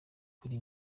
kuri